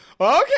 Okay